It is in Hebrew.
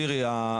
שירי,